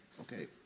Okay